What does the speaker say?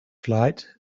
flight